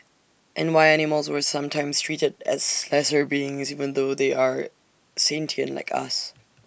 and why animals were sometimes treated as lesser beings even though they are sentient like us